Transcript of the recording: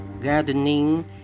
gardening